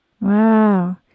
Wow